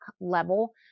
level